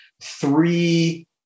three